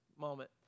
moment